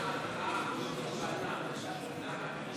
אם